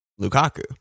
Lukaku